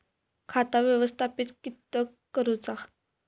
खाता व्यवस्थापित किद्यक करुचा?